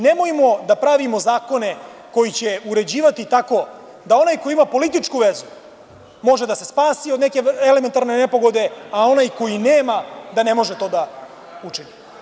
Nemojmo da pravimo zakone koji će uređivati tako da onaj ko ima političku vezu može da se spasi od neke elementarne nepogode, a onaj koji nema da ne može to da učini.